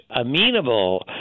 amenable